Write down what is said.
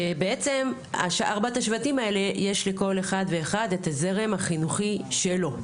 שבעצם ארבעת השבטים האלה יש לכל אחד ואחד את הזרם החינוכי שלו.